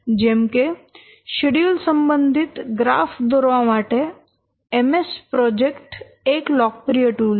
જેમ કે શેડ્યૂલ સંબંધિત ગ્રાફ દોરવા માટે MS પ્રોજેક્ટ એક લોકપ્રિય ટૂલ છે